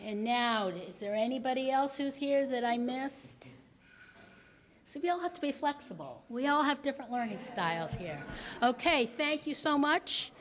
and now that is there anybody else who was here that i missed so we'll have to be flexible we all have different learning styles here ok thank you so much